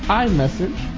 iMessage